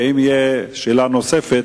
ואם תהיה שאלה נוספת,